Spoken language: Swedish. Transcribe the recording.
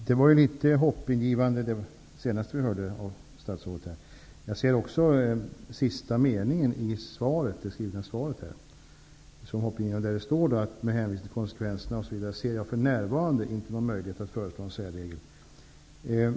Herr talman! Det senaste statsrådet sade var ju litet hoppingivande. Jag ser också den sista meningen i det skrivna svaret som hoppingivande. Där står att statsrådet inte för närvarande ser någon möjlighet att föreslå en särregel.